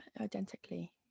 Identically